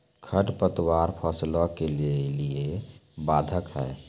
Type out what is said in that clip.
खडपतवार फसलों के लिए बाधक हैं?